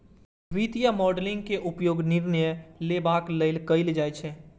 वित्तीय मॉडलिंग के उपयोग निर्णय लेबाक लेल कैल जाइ छै